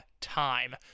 time